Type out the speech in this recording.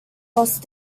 lost